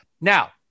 now